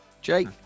Jake